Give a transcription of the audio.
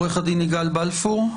עורך הדין יגאל בלפור,